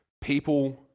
People